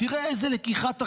תראה איזו לקיחת אחריות.